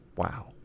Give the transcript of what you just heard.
Wow